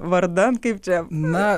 vardan kaip čia na